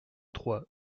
trois